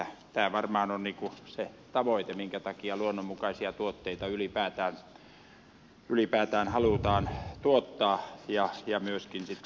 tämä varmaan on niin kuin se tavoite minkä takia luonnonmukaisia tuotteita ylipäätään halutaan tuottaa ja myöskin sitten kuluttaa